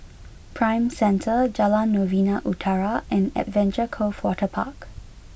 Prime Centre Jalan Novena Utara and Adventure Cove Waterpark